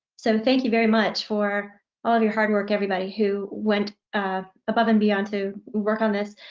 so thank you very much for all of your hard work, everybody who went above and beyond to work on this.